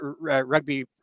rugby